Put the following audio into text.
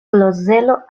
klozelo